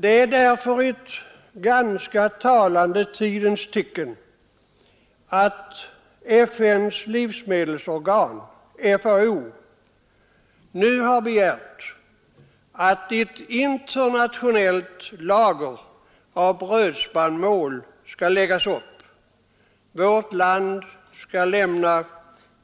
Det är därför ett ganska talande tidens tecken att FN:s livsmedelsorgan, FAO, nu har begärt att ett internationellt lager av brödspannmål skall läggas upp. Vårt land skall lämna